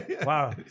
Wow